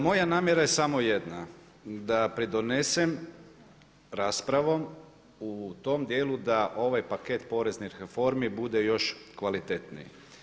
Moja namjera je samo jedna da pridonesem raspravom u tom djelu da ovaj paket poreznih reformi bude još kvalitetniji.